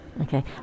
Okay